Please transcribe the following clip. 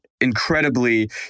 incredibly